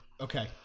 okay